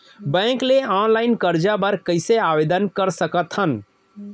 Bank ले online करजा बर कइसे आवेदन कर सकथन?